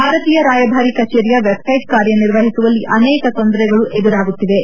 ಭಾರತೀಯ ರಾಯಭಾರಿ ಕಚೇರಿಯ ವೆಬ್ಸೈಟ್ ಕಾರ್ಯ ನಿರ್ವಹಿಸುವಲ್ಲಿ ಅನೇಕ ತೊಂದರೆಗಳು ಎದುರಾಗುತ್ತಿವೆ